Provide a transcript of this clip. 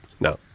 No